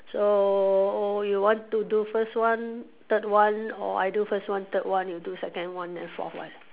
so you want to do first one third one or I do first one third one you do second one and fourth one